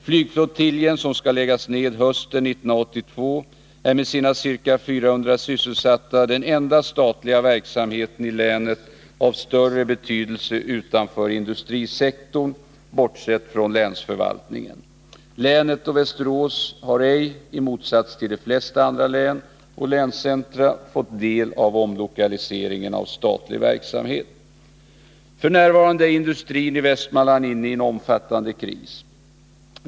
Flygflottiljen som skall läggas ned hösten 1982 är med sina ca 400 sysselsatta den enda statliga verksamheten i länet av större betydelse utanför industrisektorn, bortsett från länsförvaltningen. Länet och Västerås har ej — i motsats till de flesta andra län och länscentra — fått del av omlokaliseringen av statlig verksamhet. F. n. är industrin i Västmanland inne i en omfattande kris.